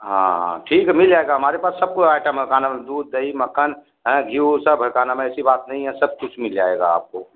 हाँ ठीक है मिल जाएगा हमारे पास सब कुछ आइटम है का नाम है में दूध दही मखकन है घी वह सब है का नाम है ऐसी बात नहीं है सब कुछ मिल जाएगा आपको